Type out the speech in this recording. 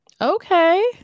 Okay